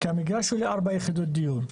כי המגרש הוא ל-4 יחידת דיור.